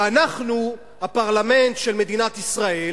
ואנחנו, הפרלמנט של מדינת ישראל,